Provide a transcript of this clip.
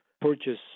purchase